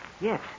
Yes